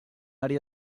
àrea